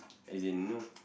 as in you know